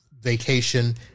vacation